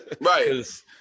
Right